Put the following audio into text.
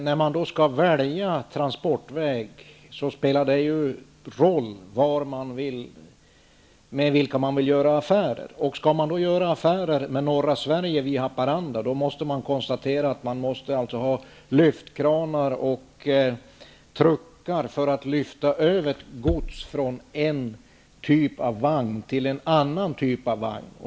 När man skall välja transportväg spelar det roll med vilka man gör affärer. Skall man göra affärer med norra Sverige vid Haparanda, måste man ha lyftkranar och truckar för att lyfta över gods från en typ av vagn till en annan typ av vagn.